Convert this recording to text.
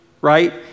right